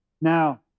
Now